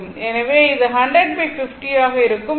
எனவே இது 100 50 ஆக இருக்கும்